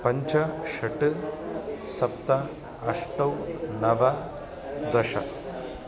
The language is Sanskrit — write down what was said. पञ्च षट् सप्त अष्टौ नव दश